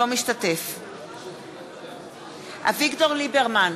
אינו משתתף בהצבעה אביגדור ליברמן,